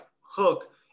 hook